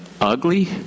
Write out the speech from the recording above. ugly